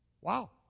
wow